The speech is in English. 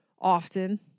often